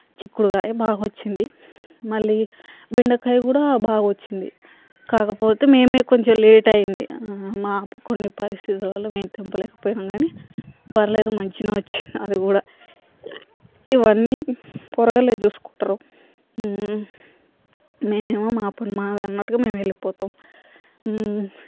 చిక్కుడుకాయ బాగా వచ్చింది మళ్ళీ బెండకాయ కూడా బాగా వచ్చింది కాకపోతే మేమే కొంచెం లేట్ అయింది మా కొన్ని పరిస్థితుల వల్ల మేం తెంపలేకపోయినాం కాని పర్లేదు మంచిగానే వచ్చింది అది కూడా ఇవన్నీ పోరగాళ్ళే చూసుకుంటారు మేం ఏమో మా పని మాదన్నట్టుగా మేము వెళ్ళిపోతాం